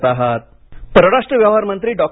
जयशंकर परराष्ट्र व्यवहार मंत्री डॉ